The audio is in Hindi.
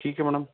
ठीक है मैडम